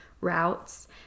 routes